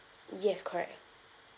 yes correct